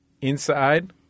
Inside